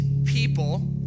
people